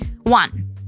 One